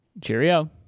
Cheerio